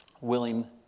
Willing